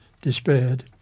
despaired